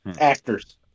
actors